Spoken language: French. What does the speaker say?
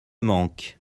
manque